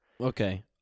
Okay